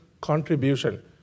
contribution